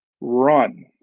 Run